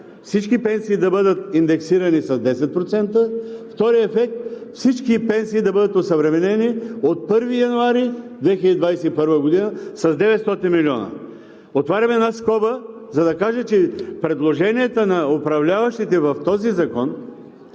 всички пенсии да бъдат индексирани с 10%; вторият ефект – всички пенсии да бъдат осъвременени от 1 януари 2021 г. с 900 милиона. Отварям една скоба, за да кажа, че предложенията на управляващите в този закон